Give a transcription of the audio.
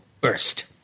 burst